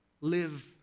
Live